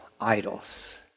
idols